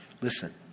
listen